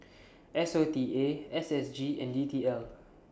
S O T A S S G and D T L